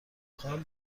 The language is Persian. خواهم